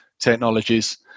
technologies